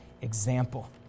example